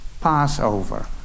Passover